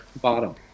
bottom